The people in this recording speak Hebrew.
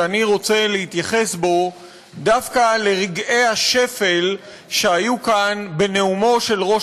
שאני רוצה להתייחס בו דווקא לרגעי השפל שהיו כאן בנאומו של ראש